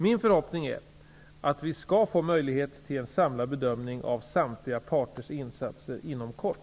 Min förhoppning är att vi skall få möjlighet till en samlad bedömning av samtliga parters insatser inom kort.